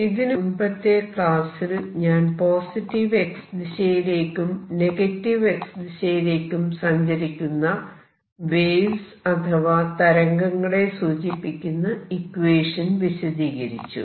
ഇതിനു മുൻപത്തെ ക്ലാസ്സിൽ ഞാൻ പോസിറ്റീവ് X ദിശയിലേക്കും നെഗറ്റീവ് X ദിശയിലേക്കും സഞ്ചരിക്കുന്ന വേവ്സ് അഥവാ തരംഗങ്ങളെ സൂചിപ്പിക്കുന്ന ഇക്വേഷൻ വിശദീകരിച്ചു